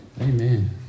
Amen